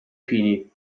fini